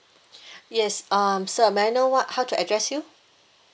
yes um sir may I know what how to address you